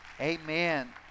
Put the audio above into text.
Amen